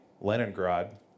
Leningrad